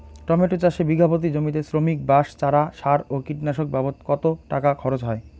Tomato চাষে বিঘা প্রতি জমিতে শ্রমিক, বাঁশ, চারা, সার ও কীটনাশক বাবদ কত টাকা খরচ হয়?